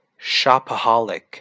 Shopaholic